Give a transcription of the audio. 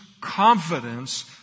confidence